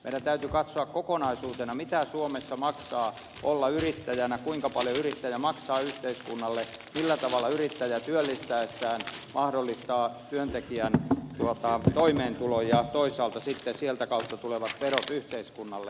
meidän täytyy katsoa kokonaisuutena mitä suomessa maksaa olla yrittäjänä kuinka paljon yrittäjä maksaa yhteiskunnalle ja millä tavalla yrittäjä työllistäessään mahdollistaa työntekijän toimeentulon ja toisaalta sitten sieltä kautta tulevat verot yhteiskunnalle